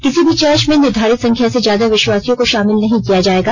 किसी भी चर्च में निर्धारित संख्या से ज्यादा विश्वासियों को शामिल नहीं किया जाएगा